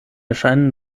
erscheinen